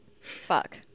fuck